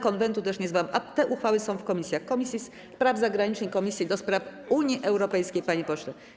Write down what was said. Konwentu też nie zwołam, a te uchwały są w komisjach: w Komisji Spraw Zagranicznych i w Komisji do Spraw Unii Europejskiej, panie pośle.